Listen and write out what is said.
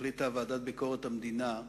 החליטה ועדת ביקורת המדינה,